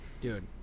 Dude